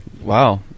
Wow